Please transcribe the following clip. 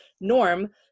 norm